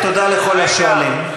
תודה לכל השואלים,